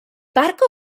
parco